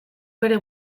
bere